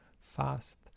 fast